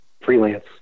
freelance